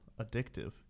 addictive